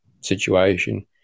situation